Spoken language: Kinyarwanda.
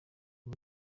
uyu